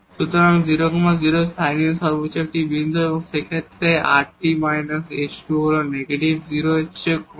সুতরাং 0 0 local maxima একটি বিন্দু এবং এই ক্ষেত্রে এটি rt − s2 হল নেগেটিভ 0 এর চেয়ে কম